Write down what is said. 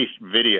video